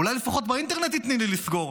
אולי לפחות באינטרנט תיתני לי לסגור.